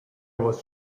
was